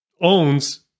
owns